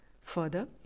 Further